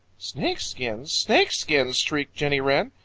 snake skins! snake skins! shrieked jenny wren.